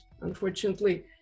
Unfortunately